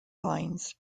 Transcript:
lines